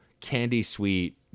candy-sweet